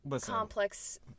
complex